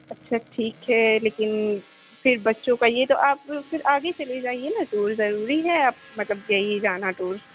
اچھا ٹھیک ہے لیکن پھر بچوں کا یہ تو آپ پھر آگے چلے جائیے نا ٹور ضروری ہے آپ مطلب کیا یہ جانا ٹور